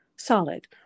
solid